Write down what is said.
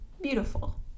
Beautiful